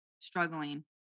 struggling